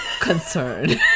concerned